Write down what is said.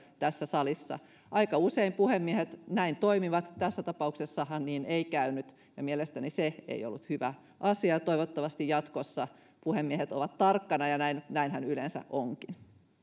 tässä salissa aika usein puhemiehet näin toimivat tässä tapauksessahan niin ei käynyt ja mielestäni se ei ollut hyvä asia toivottavasti jatkossa puhemiehet ovat tarkkana ja näinhän yleensä onkin